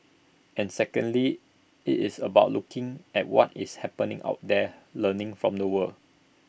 and secondly IT is about looking at what is happening out there learning from the world